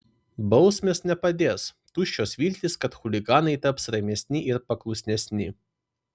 bausmės nepadės tuščios viltys kad chuliganai taps ramesni ir paklusnesni